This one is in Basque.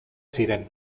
ziren